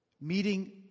meeting